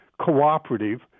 cooperative